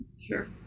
Sure